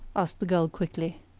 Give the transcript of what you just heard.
asked the girl quickly.